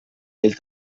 ell